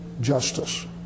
justice